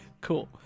cool